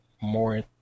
more